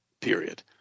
period